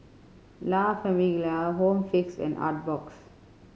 La Famiglia Home Fix and Artbox